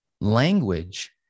Language